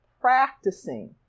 practicing